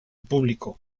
público